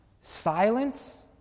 silence